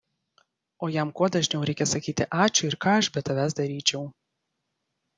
o jam kuo dažniau reikia sakyti ačiū ir ką aš be tavęs daryčiau